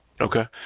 Okay